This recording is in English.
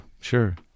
sure